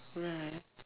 right